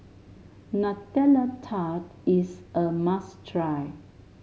Nutella Tart is a must try